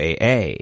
AA